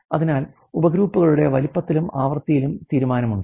അതിനാൽ ഉപഗ്രൂപ്പുകളുടെ വലുപ്പത്തിലും ആവൃത്തിയിലും തീരുമാനമുണ്ട്